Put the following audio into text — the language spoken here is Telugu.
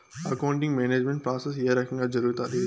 అకౌంటింగ్ మేనేజ్మెంట్ ప్రాసెస్ ఏ రకంగా జరుగుతాది